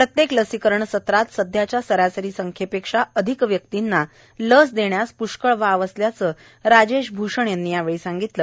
प्रत्येक लसीकरण सत्रात सध्याच्या सरासरी संख्येपेक्षा अधिक व्यक्तींना लस देण्यास प्ष्कळ वाव असल्याचं राजेश भूषण यांनी यावेळी सांगितलं